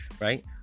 right